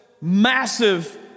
massive